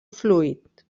fluid